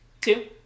Two